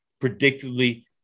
predictably